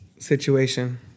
situation